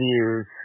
views